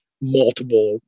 multiple